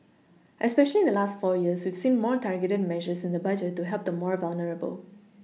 especially in the last four years we've seen more targeted measures in the budget to help the more vulnerable